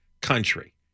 country